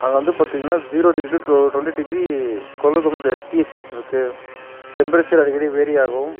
அது வந்து பார்த்தீங்னா zero degree to twenty degree கொழுகும் டீ எஸ்டேட்டு இருக்குது டெம்பரேச்சர் அடிக்கடி வேரியாகும்